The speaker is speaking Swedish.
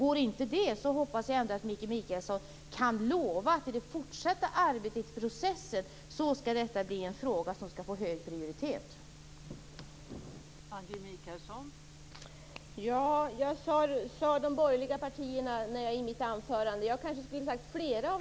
Går inte det hoppas jag ändå att Maggi Mikaelsson kan lova att detta skall bli en fråga som skall få hög prioritet i den fortsatta arbetsprocessen.